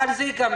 אבל זה ייגמר,